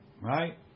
Right